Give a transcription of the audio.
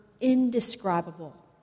indescribable